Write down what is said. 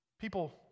People